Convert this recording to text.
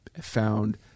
found